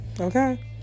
Okay